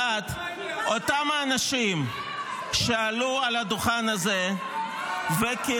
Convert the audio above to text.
1. אותם האנשים שעלו על הדוכן הזה וקיללו